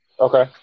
Okay